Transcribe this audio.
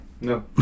no